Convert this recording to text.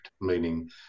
meaning